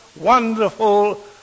wonderful